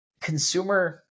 consumer